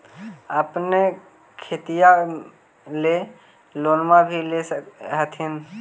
अपने खेतिया ले लोनमा भी ले होत्थिन?